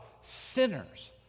sinners